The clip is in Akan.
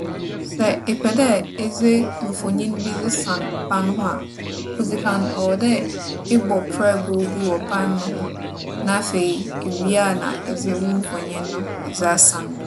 Sɛ epɛ dɛ edze mfonyin bi dze san ban ho a, odzi kan, ͻwͻ dɛ ebͻ prɛgow bi wͻ ban no ho. Na afei, iwie a na edze wo mfonyin no edze asɛn do.